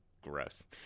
Gross